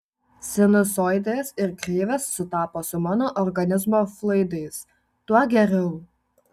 sinusoidės ir kreivės sutapo su mano organizmo fluidais tuo geriau